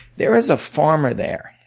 there was a farmer there